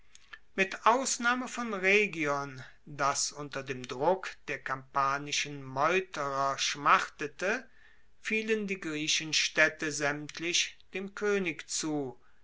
mit ausnahme von rhegion das unter dem druck der kampanischen meuterer schmachtete fielen die griechenstaedte saemtlich dem koenig zu